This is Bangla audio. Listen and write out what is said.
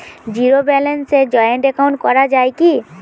জীরো ব্যালেন্সে জয়েন্ট একাউন্ট করা য়ায় কি?